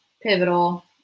pivotal